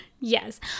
Yes